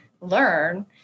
learn